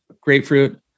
grapefruit